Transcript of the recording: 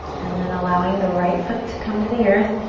and then allowing the right foot to come to the earth.